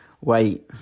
wait